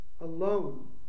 alone